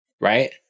Right